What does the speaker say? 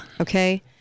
Okay